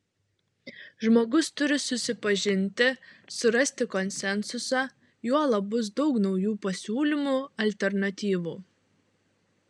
žmogus turi susipažinti surasti konsensusą juolab bus daug naujų pasiūlymų alternatyvų